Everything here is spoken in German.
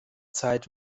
zeit